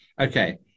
okay